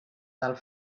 del